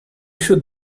should